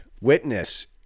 Witness